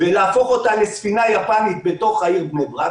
ולהפוך אותה לספינה יפנית בתוך העיר בני ברק,